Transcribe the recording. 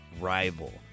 rival